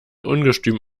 ungestüm